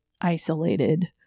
isolated